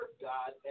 God